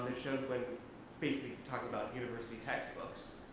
quite basically talked about university textbooks.